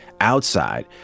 outside